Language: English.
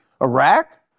Iraq